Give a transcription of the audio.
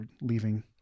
leaving